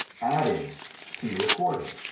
adding to your recording.